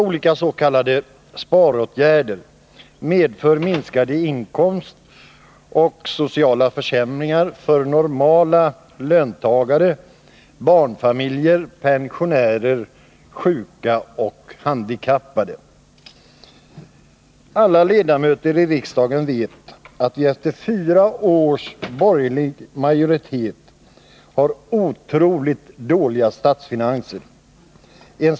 De s.k. sparåtgärderna medför minskade inkomster och sociala försämringar för vanliga löntagare, barnfamiljer, pensionärer, sjuka och handikappade. Alla ledamöter i riksdagen vet att vi efter fyra års borgerlig majoritet har otroligt dåliga statsfinanser.